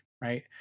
right